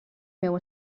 meu